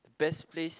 best place